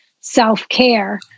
self-care